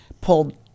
pulled